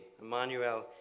Emmanuel